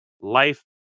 life